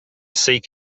seek